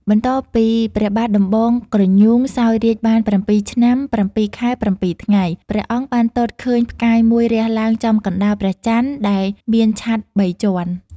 បន្ទាប់ពីព្រះបាទដំបងក្រញូងសោយរាជ្យបាន ៧ឆ្នាំ ៧ខែ ៧ថ្ងៃ ព្រះអង្គបានទតឃើញផ្កាយមួយរះឡើងចំកណ្តាលព្រះច័ន្ទដែលមានឆត្រ ៣ជាន់ ។